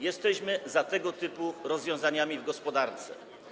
Jesteśmy za tego typu rozwiązaniami w gospodarce.